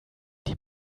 die